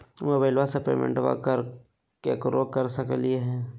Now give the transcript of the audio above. मोबाइलबा से पेमेंटबा केकरो कर सकलिए है?